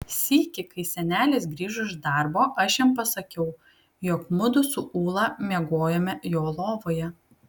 sykį kai senelis grįžo iš darbo aš jam pasakiau jog mudu su ūla miegojome jo lovoje